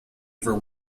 for